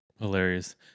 Hilarious